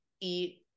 eat